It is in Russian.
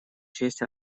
честь